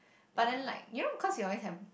but then like you know cause you always have